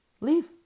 Leave